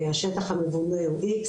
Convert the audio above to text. השטח המבונה הוא X,